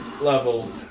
level